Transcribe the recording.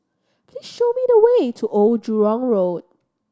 please show me the way to Old Jurong Road